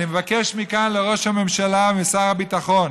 אני מבקש מכאן מראש הממשלה ומשר הביטחון